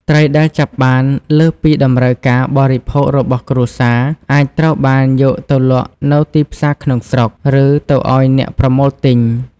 ត្រីដែលចាប់បានលើសពីតម្រូវការបរិភោគរបស់គ្រួសារ អាចត្រូវបានយកទៅលក់នៅទីផ្សារក្នុងស្រុក ឬទៅឲ្យអ្នកប្រមូលទិញ។